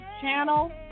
channel